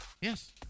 Yes